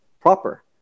proper